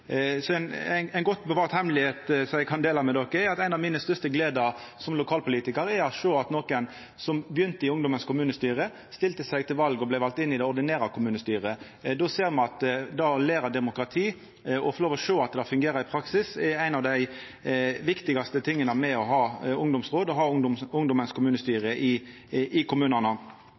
Ein godt bevart hemmelegheit som eg kan dela med dykk, er at ein av mine største gleder som lokalpolitikar var å sjå at ein som begynte i ungdommens kommunestyre, stilte til val og vart vald inn i det ordinære kommunestyret. Då ser me at det å læra om demokratiet og få lov å sjå at det fungerer i praksis, er ein av dei viktigaste tinga med å ha ungdomsråd og ungdommens kommunestyre i kommunane.